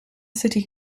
city